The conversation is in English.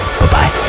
bye-bye